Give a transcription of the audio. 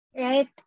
Right